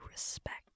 Respect